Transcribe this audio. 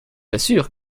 assure